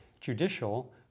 judicial